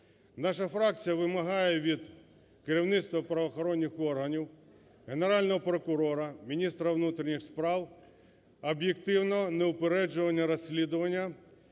Наша фракція вимагає від керівництва правоохоронних органів, Генерального прокурора, міністра внутрішніх справ об'єктивного, неупередженого розслідування